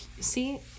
See